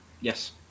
Yes